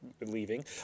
leaving